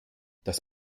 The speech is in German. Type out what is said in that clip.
das